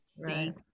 Right